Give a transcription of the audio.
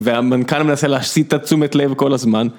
והמנכ"ל מנסה להסיט את תשומת לב כל הזמן